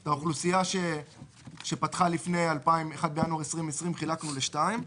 את האוכלוסייה שפתחה לפני 1 בינואר 2020 חילקנו לשתיים.